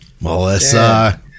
Melissa